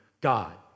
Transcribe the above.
God